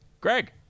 Greg